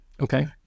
Okay